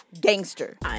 gangster